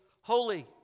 holy